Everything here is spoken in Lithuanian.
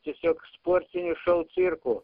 tiesiog sportiniu šou cirku